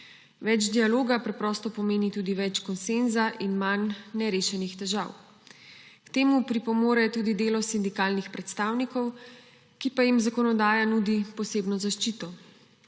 Več dialoga preprosto pomeni tudi več konsenza in manj nerešenih težav. K temu pripomore tudi delo sindikalnih predstavnikov, ki pa jim zakonodaja nudi posebno zaščito.